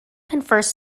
confers